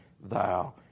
thou